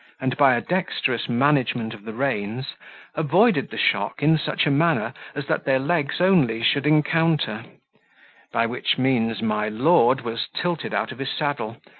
and by a dexterous management of the reins avoided the shock in such a manner as that their legs only should encounter by which means my lord was tilted out of his saddle,